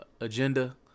Agenda